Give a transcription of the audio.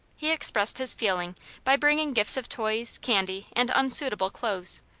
he expressed his feeling by bringing gifts of toys, candy, and unsuitable clothes.